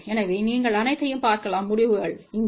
எனவே நீங்கள் அனைத்தையும் பார்க்கலாம் முடிவுகள் இங்கே